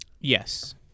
Yes